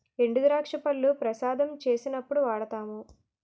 ఎండుద్రాక్ష పళ్లు ప్రసాదం చేసినప్పుడు వాడుతాము